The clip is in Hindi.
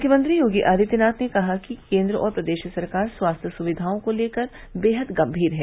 मुख्यमंत्री योगी आदित्यनाथ ने कहा है कि केन्द्र और प्रदेश सरकार स्वास्थ्य सुक्वियों को लेकर बेहद गम्मीर है